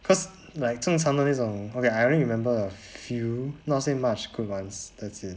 cause like 正常的那种 okay I only remember a few not say much good ones that's it